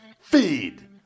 Feed